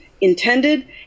intended